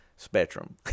spectrum